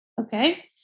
okay